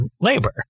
labor